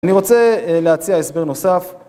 אני רוצה להציע הסבר נוסף.